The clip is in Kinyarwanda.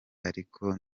ariko